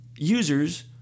Users